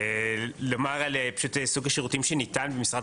לומר על פשוט סוג השירותים שניתן ממשרד